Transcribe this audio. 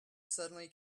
suddenly